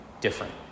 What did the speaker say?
different